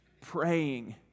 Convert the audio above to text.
praying